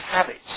habits